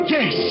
Yes